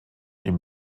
ihm